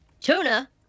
tuna